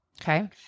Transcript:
Okay